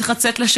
צריך לצאת לשטח,